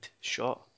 shot